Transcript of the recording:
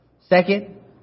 Second